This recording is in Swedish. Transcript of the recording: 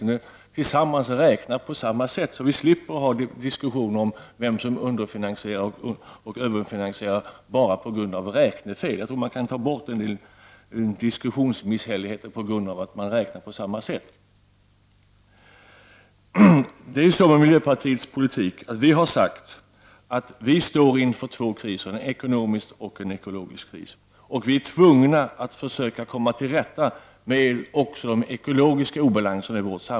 Om alla åtminstone räknar på samma sätt, slipper vi en diskussion bara på grund av räknefel om vem som underfinan sierar resp. överfinansierar. Jag tror att man kan få bort en del misshälligheter i diskussionen, om man räknar på samma sätt. Vi har från miljöpartiet sagt att vårt land står inför två kriser, en ekonomisk och en ekologisk. Vi är i vårt samhälle tvungna att försöka komma till rätta också med de ekologiska obalanserna.